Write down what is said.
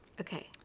Okay